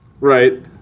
Right